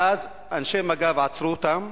ואז אנשי מג"ב עצרו אותם.